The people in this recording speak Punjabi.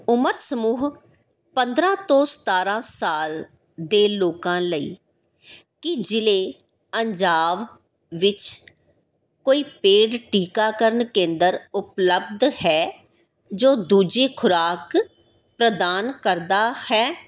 ਉਮਰ ਸਮੂਹ ਪੰਦਰਾਂ ਤੋਂ ਸਤਾਰਾਂ ਸਾਲ ਦੇ ਲੋਕਾਂ ਲਈ ਕੀ ਜ਼ਿਲ੍ਹੇ ਅੰਜਾਵ ਵਿੱਚ ਕੋਈ ਪੇਡ ਟੀਕਾਕਰਨ ਕੇਂਦਰ ਉਪਲੱਬਧ ਹੈ ਜੋ ਦੂਜੀ ਖੁਰਾਕ ਪ੍ਰਦਾਨ ਕਰਦਾ ਹੈ